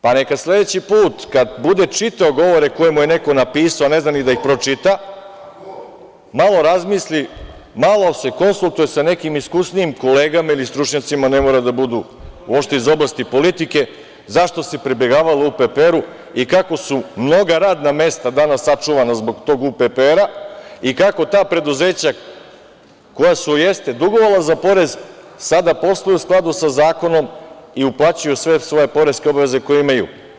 Pa neka sledeći put kad bude čitao govore koje mu je neko napisao a ne zna ni da ih pročita, malo razmisli, malo se konsultuje sa nekim iskusnijim kolegama ili stručnjacima, ne moraju da budu uopšte iz oblasti politike, zašto se pribegavalo UPPR-u i kako su mnoga radna mesta danas sačuvana zbog tog UPPR-a i kako ta preduzeća koja su, jeste, dugovala za porez, sada posluju u skladu sa zakonom i uplaćuju sve svoje poreske obaveze koje imaju.